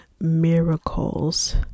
miracles